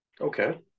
Okay